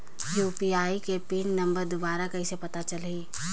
UPI के PIN number दुबारा कइसे पता चलही?